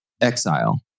Exile